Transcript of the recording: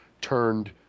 turned